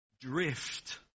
drift